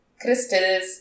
crystals